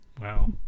Wow